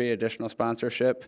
pay additional sponsorship